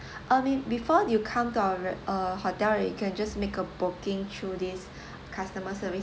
I mean before you come to our uh hotel right you can just make booking through this customer service